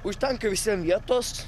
užtenka visiem vietos